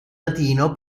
latino